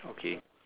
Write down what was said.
okay